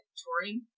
touring